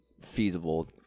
feasible